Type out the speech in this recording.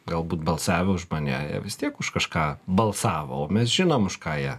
galbūt balsavę už mane jie vis tiek už kažką balsavo o mes žinom už ką jie